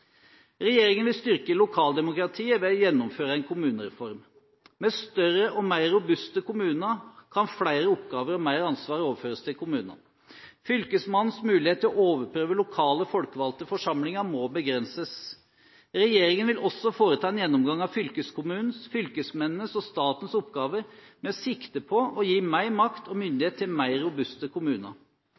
Regjeringen vil styrke lokaldemokratiet ved å gjennomføre en kommunereform. Med større og mer robuste kommuner kan flere oppgaver og mer ansvar overføres til kommunene. Fylkesmannens muligheter til å overprøve lokale folkevalgte forsamlinger må begrenses. Regjeringen vil også foreta en gjennomgang av fylkeskommunenes, fylkesmennenes og statens oppgaver med sikte på å gi mer makt og myndighet til mer robuste kommuner.